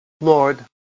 Lord